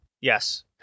Yes